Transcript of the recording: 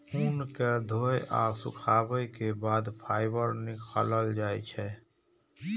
ऊन कें धोय आ सुखाबै के बाद फाइबर निकालल जाइ छै